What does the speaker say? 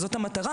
וזאת המטרה